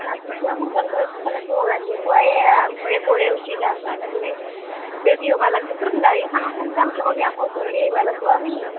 ৰাতিপুৱা সোনকালতে উঠিব লাগিব ৰাতিপুৱাই আন্ধাৰে পোহৰে উঠি গা চা ধুই ৰেডি হ'ব লাগিবটো গাড়ীখন সোনকাল কে ক'বি আকৌ ঘূৰি আহিব লাগিব আমি